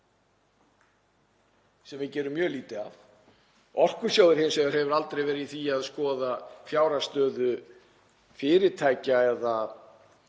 sem við gerum mjög lítið af. Orkusjóður hefur hins vegar aldrei verið í því að skoða fjárhagsstöðu fyrirtækja eða